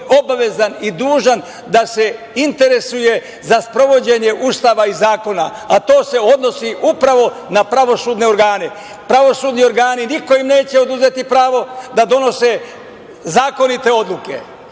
obavezan i dužan da se interesuje za sprovođenje Ustava i zakona, a to se odnosi upravo na pravosudne organe. Pravosudni organi niko im neće oduzeti pravo da donose zakonite odluke,